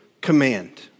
command